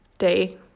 day